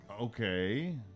Okay